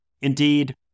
Indeed